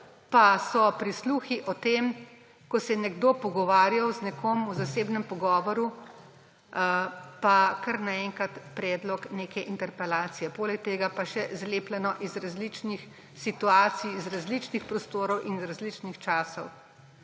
pa so prisluhi o tem, ko se je nekdo pogovarjal z nekom v zasebnem pogovoru, pa kar naenkrat predlog neke interpelacije. Poleg tega pa še zlepljeno iz različnih situacij, iz različnih prostorov in iz različnih časov.